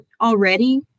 already